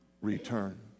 return